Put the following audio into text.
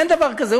אין דבר כזה.